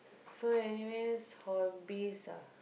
so anyways hobbies